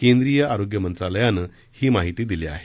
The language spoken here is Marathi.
केंद्रीय आरोग्य मध्रीलयान ही माहिती दिली आहे